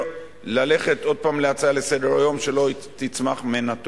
ללכת עוד פעם להצעה לסדר-היום שלא תצמח ממנה תועלת.